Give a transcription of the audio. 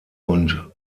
und